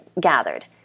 gathered